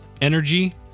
energy